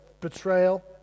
betrayal